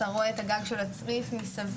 אתה רואה את הגג של הצריף מסביב.